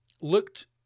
Looked